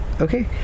okay